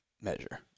measure